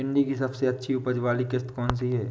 भिंडी की सबसे अच्छी उपज वाली किश्त कौन सी है?